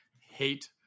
hate